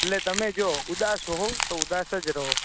તો જો તમે જો ઉદાસ હો તો ઉદાસ જ રહો